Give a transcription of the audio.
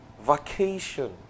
vacation